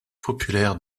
populaire